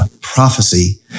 prophecy